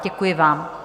Děkuji vám.